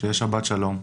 שתהיה שבת שלום,